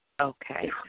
Okay